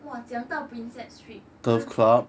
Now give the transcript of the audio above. !wah! 讲到 prinsep street 真的